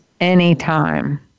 anytime